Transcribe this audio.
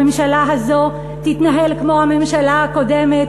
הממשלה הזאת תתנהל כמו הממשלה הקודמת,